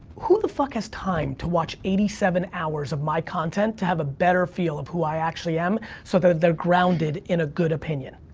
who the fuck has time to watch eighty seven hours of my content to have a better feel of who i actually am, so that they're grounded in a good opinion?